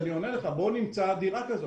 אני עונה לך: בוא נמצא דירה כזאת.